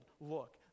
look